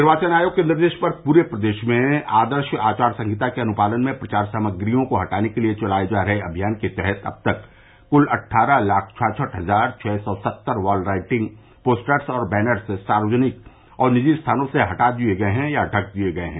निर्वाचन आयोग के निर्देश पर पूरे प्रदेश में आदर्श आचार संहिता के अनुपालन में प्रचार सामग्रियों को हटाने के लिए चलाये जा रहे अभियान के तहत अब तक कुल अट्ठारह लाख छाछठ हजार छह सौ सत्तर वॉल राइटिंग पोस्टर्स और बैनर्स सार्वजनिक और निजी स्थानों से हटा दिये गये हैं या ढक दिये गये हैं